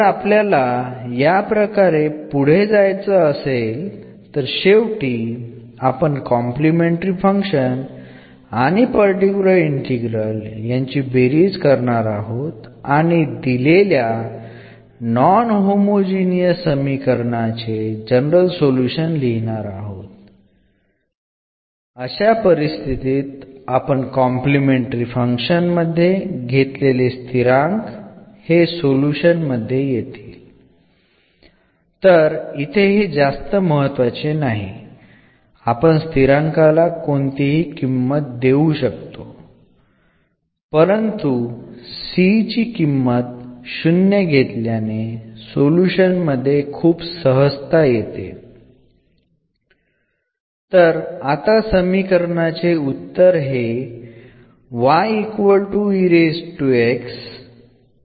അല്ലാതെ യുമായി തുടരുകയാണെങ്കിൽ തന്നിരിക്കുന്ന നോൺ ഹോമോജീനിയസ് സമവാക്യത്തിൻറെ ജനറൽ സൊലൂഷൻ കണ്ടെത്തുന്നതിന് അവസാനം കോംപ്ലിമെൻററി ഫംഗ്ഷൻലേക്ക് ഈ പർട്ടിക്കുലർ ഇന്റഗ്രൽനെ ചേർക്കുന്ന സന്ദർഭത്തിൽ ഈ കോൺസ്റ്റൻറ് കോംപ്ലിമെൻററി ഫംഗ്ഷനിൽ പ്രത്യക്ഷപ്പെട്ട കോൺസ്റ്റൻറ്കളോടൊപ്പം ആയിരിക്കും